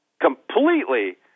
completely